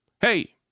hey